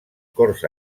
corts